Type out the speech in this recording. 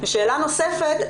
שאלה נוספת,